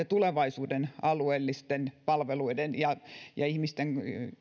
tulevaisuuden alueellisten palveluiden ja ja ihmisten